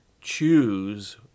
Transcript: choose